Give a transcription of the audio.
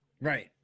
right